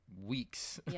weeks